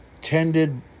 tended